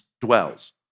dwells